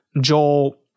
Joel